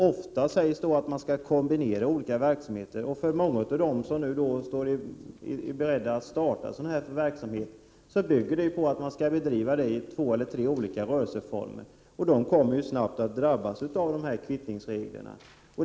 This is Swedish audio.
Ofta sägs det att man skall kombinera olika verksamheter, och för många av dem som är beredda att starta sådan verksamhet är det en förutsättning att den kan bedrivas i två eller tre olika rörelseformer. De kommer snabbt att drabbas av kvittningsreglerna.